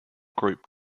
group